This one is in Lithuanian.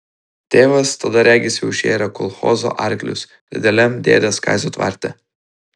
tėvas tada regis jau šėrė kolchozo arklius dideliam dėdės kazio tvarte